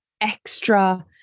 extra